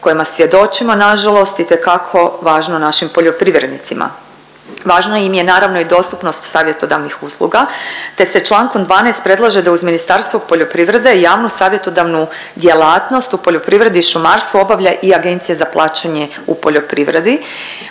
kojima svjedočimo nažalost itekako važno našim poljoprivrednicima. Važna im je naravno i dostupnost savjetodavnih usluga te se čl. 12. predlaže da uz Ministarstvo poljoprivrede i javno savjetodavnu djelatnost u poljoprivredi i šumarstvu obavlja i Agencija za plaćanje u poljoprivredi.